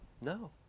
No